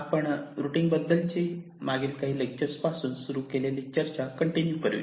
आपण रुटींग बद्दलची मागील काही लेक्चर्स पासून सुरू असलेली चर्चा कंटिन्यू करूया